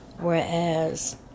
whereas